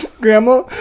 Grandma